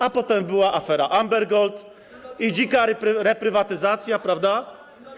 A potem była afera Amber Gold i dzika reprywatyzacja, prawda?